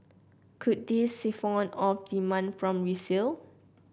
could this siphon off demand from resale